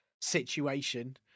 situation